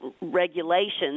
regulations